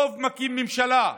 רוב מקים ממשלה,